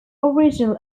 original